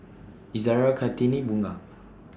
Izzara Kartini Bunga